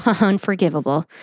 Unforgivable